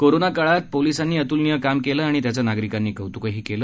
corona काळात पोलीसांनी अतुलनीय काम केलं आणि त्याचं नागरिकांनी कौतूकही केलं